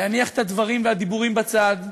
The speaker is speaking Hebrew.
להניח את הדברים ואת הדיבורים בצד,